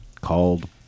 Called